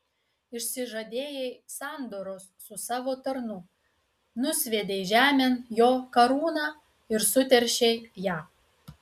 išsižadėjai sandoros su savo tarnu nusviedei žemėn jo karūną ir suteršei ją